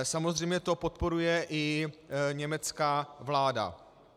Samozřejmě to podporuje i německá vláda.